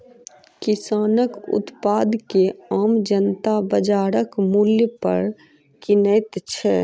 किसानक उत्पाद के आम जनता बाजारक मूल्य पर किनैत छै